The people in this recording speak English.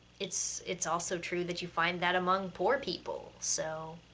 it's, it's also true that you find that among poor people, so